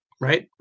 right